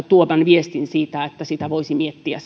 tuoman viestin siitä että sitä alkamisajankohtaa voisi miettiä